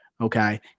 Okay